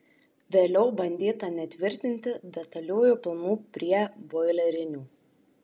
vėliau bandyta netvirtinti detaliųjų planų prie boilerinių